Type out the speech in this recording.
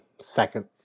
second